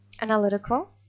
analytical